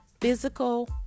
physical